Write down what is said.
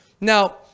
Now